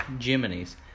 Jiminy's